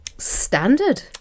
Standard